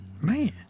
Man